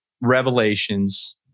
revelations